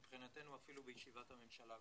מבחינתנו, אפילו בישיבת הממשלה.